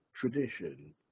tradition